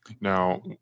now